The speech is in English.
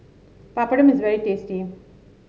papadum is very tasty